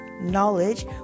knowledge